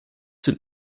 sind